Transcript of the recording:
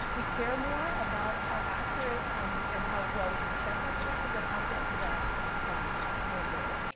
we care more about how accurate and how well we can check our predictions. and i'll get to that um in a minute